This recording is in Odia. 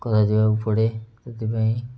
କରାଯିବାକୁ ପଡ଼େ ସେଥିପାଇଁ